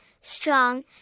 strong